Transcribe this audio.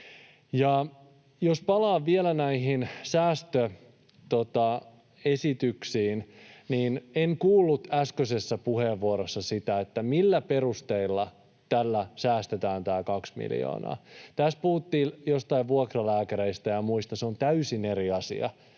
Jos palaan vielä näihin säästöesityksiin, niin en kuullut äskeisessä puheenvuorossa sitä, millä perusteilla tällä säästetään tämä kaksi miljoonaa. Tässä puhuttiin joistain vuokralääkäreistä ja muista. Se on täysin eri asia.